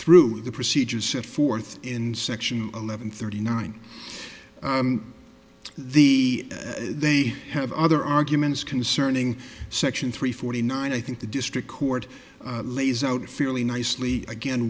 through the procedures set forth in section eleven thirty nine the they have other arguments concerning section three forty nine i think the district court lays out fairly nicely again